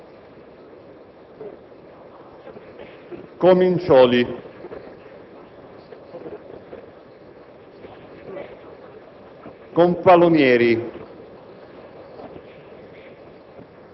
Colombo Furio, Comincioli,